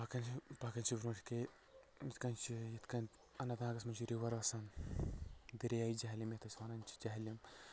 پَکان چھِ پکان چھِ برونٛٹھ کہِ یتھ کٔنۍ چھِ یتھ کٔنۍ اننت ناگس منٛز چھُ رِور آسان دریا جہلِم یِتھ أسۍ وَنان چھِ جہلِم